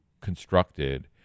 constructed